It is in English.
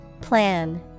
Plan